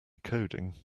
coding